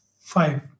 five